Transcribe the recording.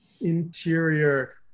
interior